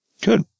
Good